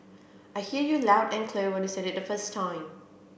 I heard you loud and clear when you said it the first time